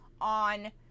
on